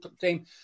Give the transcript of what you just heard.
team